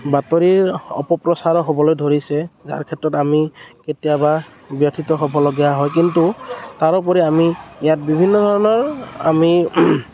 বাতৰিৰ অপপ্ৰচাৰ হ'বলৈ ধৰিছে যাৰ ক্ষেত্ৰত আমি কেতিয়াবা ব্য়থিত হ'বলগীয়া হয় কিন্তু তাৰোপৰি আমি ইয়াত বিভিন্ন ধৰণৰ আমি